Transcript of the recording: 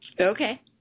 okay